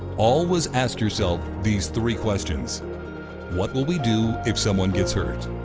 always ask yourself these three questions what will we do if someone gets hurt?